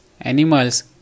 animals